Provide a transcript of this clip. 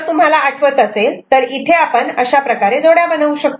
जर तुम्हाला आठवत असेल तर इथे आपण अशाप्रकारे जोड्या बनवू